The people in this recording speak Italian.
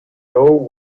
know